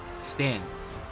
stands